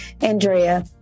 Andrea